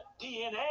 DNA